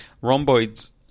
rhomboids